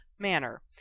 manner